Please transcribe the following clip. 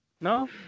No